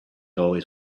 always